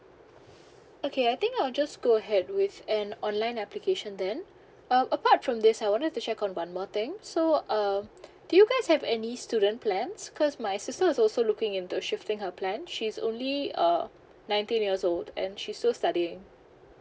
okay I think I'll just go ahead with an online application then um apart from this I wanted to check on one more thing so uh do you guys have any student plans cause my sister is also looking into shifting her plan she's only uh nineteen years old and she's still studying